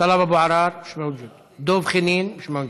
טלב אבו עראר, מיש מווג'וד, דב חנין, מיש מווג'וד,